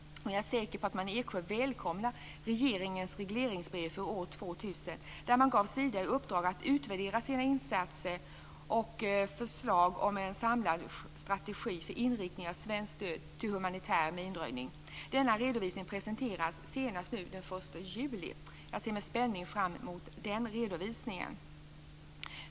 Jag är säker på att man i Eksjö välkomnar regeringens regleringsbrev för år 2000, där man gav Sida i uppdrag att utvärdera sina insatser och komma med förslag om en samlad strategi för inriktning av svenskt stöd till humanitär minröjning. Denna redovisning presenteras senast nu den 1 juli. Jag ser med spänning fram emot redovisningen.